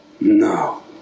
No